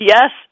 Yes